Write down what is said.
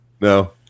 no